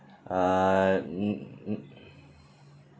uh